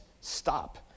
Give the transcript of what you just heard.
stop